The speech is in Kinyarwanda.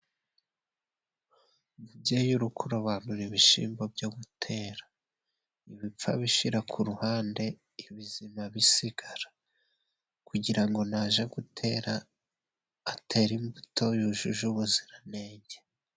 Umubyey uri kurobanura ibishimbo byo gutera. Ibipfu abishira ku ruhande, ibizima bisigara. Kugira ngo naja gutera, atere imbuto yujuje ubuziranenge.